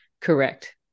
correct